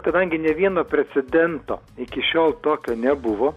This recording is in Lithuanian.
kadangi ne vieno precedento iki šiol tokio nebuvo